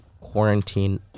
quarantine